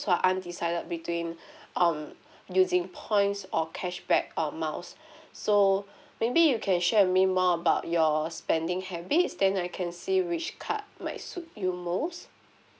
who are undecided between um using points or cashback airmiles so maybe you can share me more about your spending habits then I can see which card might suit you most